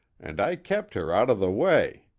and i kept her out of the way.